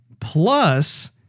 Plus